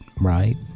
right